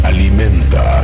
Alimenta